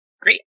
Great